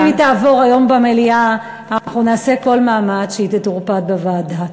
גם אם היא תעבור היום במליאה אנחנו נעשה כל מאמץ שהיא תטורפד בוועדה.